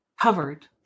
covered